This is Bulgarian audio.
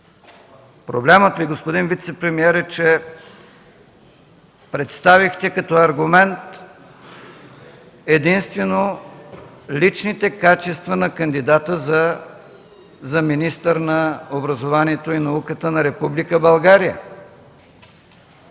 Проблемът, господин вицепремиер, е, че представихте като аргумент единствено личните качества на кандидата за министър на образованието и науката на Република България.